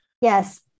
Yes